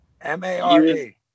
M-A-R-E